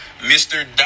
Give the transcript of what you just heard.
Mr